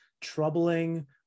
troubling